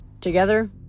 Together